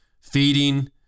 feeding